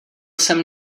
jsem